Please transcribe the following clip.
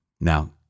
Now